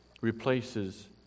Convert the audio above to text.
replaces